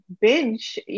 binge